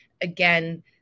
again